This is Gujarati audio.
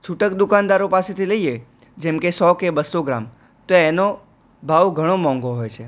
છૂટક દુકાનદારો પાસેથી લઈએ જેમકે સો કે બસો ગ્રામ તો એનો ભાવ ઘણો મોંઘો હોય છે